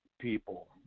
people